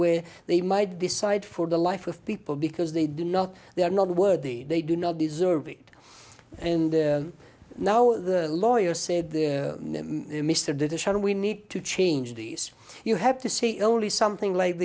where they might decide for the life of people because they do not they are not worthy they do not deserve it and now the lawyer said mr de shawn we need to change these you have to see only something like